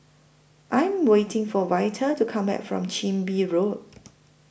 I Am waiting For Vita to Come Back from Chin Bee Road